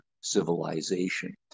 civilization